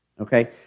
Okay